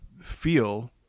feel